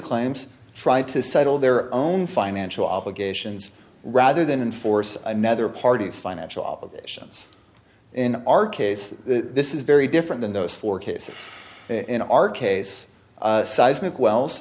claims tried to settle their own financial obligations rather than and force another parties financial obligations in our case this is very different than those four cases in our case seismic we